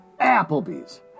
Applebee's